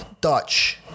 Dutch